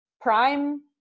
prime